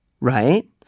right